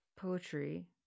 Poetry